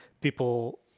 people